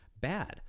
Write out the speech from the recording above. bad